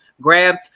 grabbed